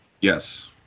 Yes